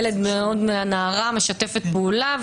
הנערה משתפת פעולה.